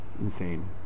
Insane